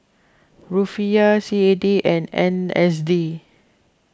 Rufiyaa C A D and N Z D